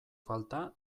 falta